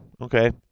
Okay